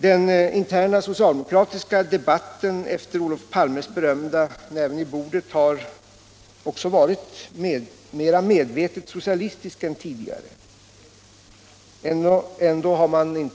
Den interna socialdemokratiska debatten efter Olof Palmes berömda ”slå näven i bordet” har också varit mera medvetet socialistisk än tidigare. En fråga som vi